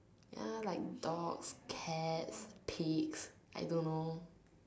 ya like dogs cats pigs I don't know